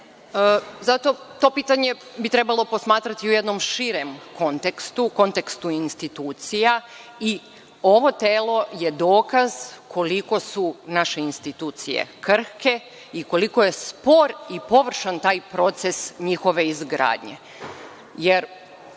bi to pitanje trebalo posmatrati u jednom širem kontekstu, u kontekstu institucija. Ovo telo je dokaz koliko su naše institucije krhke i koliko je spor i površan taj proces njihove izgradnje.